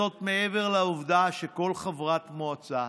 זאת, מעבר לעובדה שכל חברת מועצה,